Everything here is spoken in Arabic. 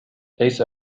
ليس